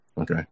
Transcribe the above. Okay